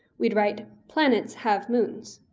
we'd write planets have moons.